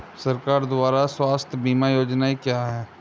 सरकार द्वारा स्वास्थ्य बीमा योजनाएं क्या हैं?